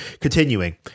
Continuing